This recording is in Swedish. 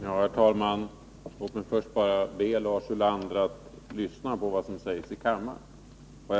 Herr talman! Låt mig först bara be Lars Ulander att lyssna på vad som sägs i kammaren.